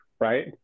Right